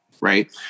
right